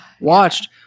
watched